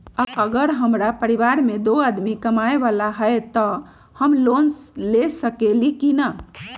अगर हमरा परिवार में दो आदमी कमाये वाला है त हम लोन ले सकेली की न?